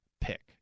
pick